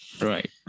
right